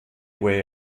way